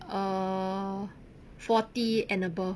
err forty and above